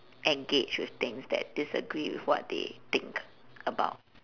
engage with things that disagree with what they think about